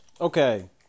Okay